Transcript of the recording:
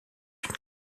une